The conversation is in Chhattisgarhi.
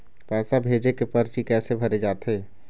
पैसा भेजे के परची कैसे भरे जाथे?